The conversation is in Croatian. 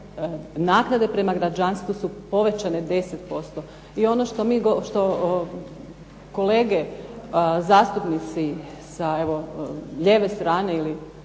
naknade prema građanstvu su povećane 10%. I ono što kolege zastupnici sa evo lijeve strane ili